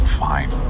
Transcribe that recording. fine